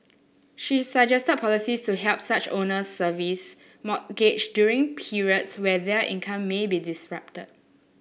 she suggested policies to help such owners service mortgage during periods where their income may be disrupted